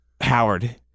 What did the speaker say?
Howard